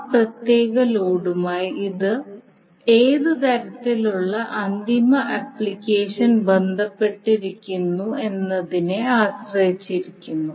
ആ പ്രത്യേക ലോഡുമായി ഏത് തരത്തിലുള്ള അന്തിമ ആപ്ലിക്കേഷൻ ബന്ധപ്പെട്ടിരിക്കുന്നു എന്നതിനെ ആശ്രയിച്ചിരിക്കുന്നു